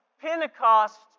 Pentecost